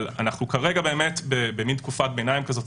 אבל כרגע אנחנו במין תקופת ביניים כזאת,